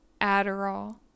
adderall